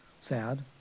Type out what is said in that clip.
sad